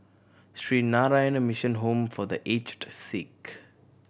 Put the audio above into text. Sree Narayana Mission Home for The Aged Sick